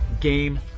Game